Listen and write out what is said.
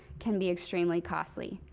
can be extremely costly.